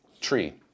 Tree